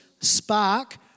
Spark